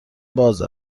باز